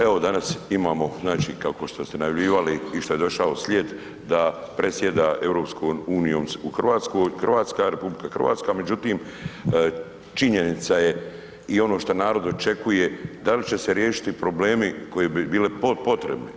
Evo danas imamo kao što ste najavljivali i što je došao slijed da predsjeda EU RH, međutim činjenica je i ono šta narod očekuje da li će se riješiti problemi koji bi bili potrebni.